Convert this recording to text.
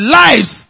lives